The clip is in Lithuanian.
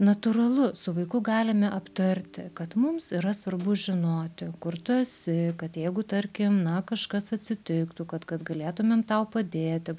natūralu su vaiku galime aptarti kad mums yra svarbu žinoti kur tu esi kad jeigu tarkim na kažkas atsitiktų kad kad galėtumėm tau padėti